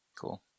Cool